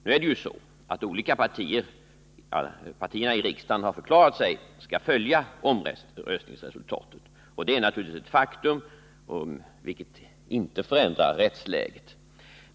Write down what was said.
Nu är det ju så att partierna i riksdagen har förklarat att de skall följa omröstningsresultatet, och det är naturligtvis ett faktum, vilket inte förändrar rättsläget.